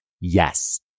Yes